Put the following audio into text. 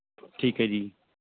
ਠੀਕ ਹੈ ਜੀ